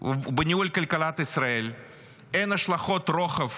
ובניהול כלכלת ישראל אין השלכות רוחב